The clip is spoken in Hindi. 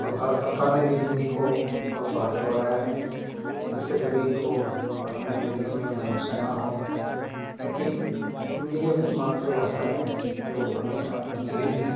और भारत सरकार ने भी हिंदी को बहुत आगे बढ़ाया है जिससे सभी को पढ़ने में लिखने में समस्या ना हो क्योंकि हिंदी अपनी मात्र भाषा है जो हमेशा प्रचलित है